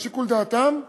על שיקול דעתם.